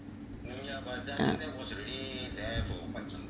ah